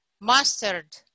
mastered